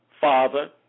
father